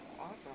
Awesome